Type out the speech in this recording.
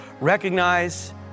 recognize